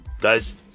guys